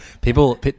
People